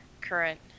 current